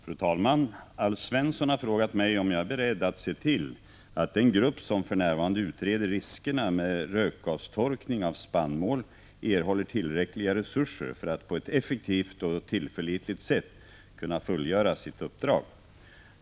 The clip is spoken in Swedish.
Fru talman! Alf Svensson har frågat mig om jag är beredd att se till att den grupp som för närvarande utreder riskerna med rökgastorkning av spannmål erhåller tillräckliga resurser för att på ett effektivt och tillförlitligt sätt kunna fullgöra sitt uppdrag.